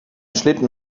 schlitten